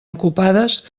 ocupades